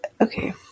okay